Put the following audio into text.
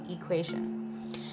equation